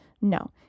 No